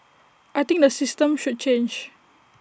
I think the system should change